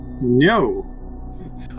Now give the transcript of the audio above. No